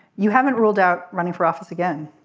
you haven't ruled out running for office again.